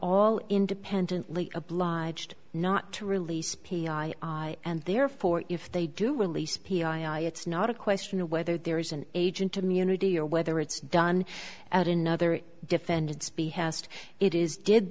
all independently obliged not to release p r i and therefore if they do release piet it's not a question of whether there is an agent immunity or whether it's done at another defendant's be hast it is did